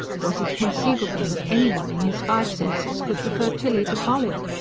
was it conceivable that anyone in his five senses could prefer tilly to polly?